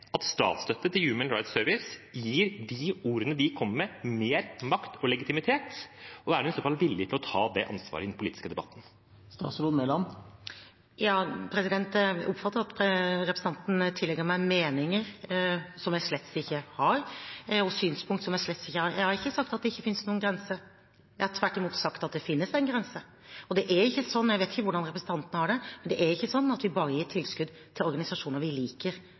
at statsstøtte til Human Rights Service gir de ordene de kommer med, mer makt og legitimitet, og er hun i så fall villig til å ta det ansvaret i den politiske debatten? Jeg oppfatter at representanten tillegger meg meninger som jeg slettes ikke har, og synspunkter som jeg slettes ikke har. Jeg har ikke sagt at det ikke finnes noen grense. Jeg har tvert imot sagt at det finnes en grense. Og jeg vet ikke hvordan representanten har det, men det er ikke sånn at vi bare gir tilskudd til organisasjoner som vi liker,